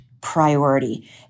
priority